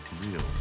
real